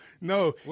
no